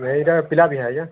ଏଇଟା ପିଲା ବିହା ଆଜ୍ଞା